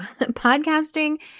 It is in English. Podcasting